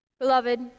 Beloved